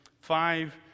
five